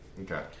Okay